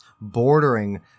bordering